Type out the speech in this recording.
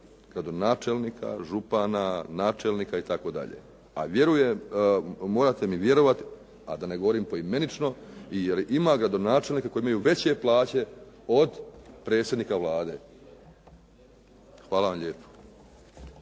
gradonačelnika, župana, načelnika itd. A vjerujem, morate mi vjerovati, a da ne govorim pojedinačno jer ima gradonačelnika koji imaju veće plaće od predsjednika Vlade. Hvala vam lijepo.